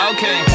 Okay